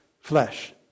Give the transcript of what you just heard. flesh